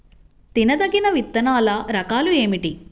తినదగిన విత్తనాల రకాలు ఏమిటి?